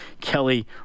Kelly